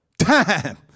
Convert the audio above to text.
time